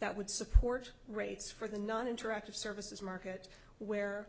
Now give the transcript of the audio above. that would support rates for the non interactive services market where